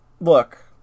Look